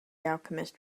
alchemist